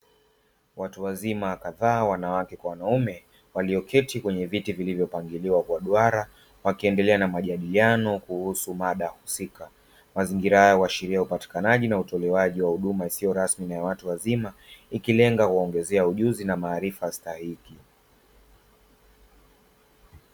Watu wazima kadhaa wanawake kwa wanaume, walioketi katika viti vilivyopangiliwa kwa duara wakiendelea na majadiliano ya mada husika. Mazingira haya huashiria upatikanaji na utolewaji wa huduma isiyo rasmi na ya watu wazima ikilenga kuwaongezea ujuzi na maarifa stahiki.